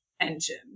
engine